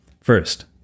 First